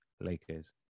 Lakers